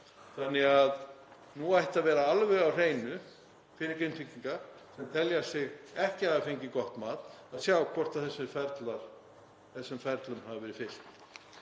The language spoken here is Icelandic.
þannig að nú ætti að vera alveg á hreinu fyrir Grindvíkinga sem telja sig ekki hafa fengið gott mat að sjá hvort þessum ferlum hafi verið fylgt.